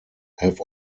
have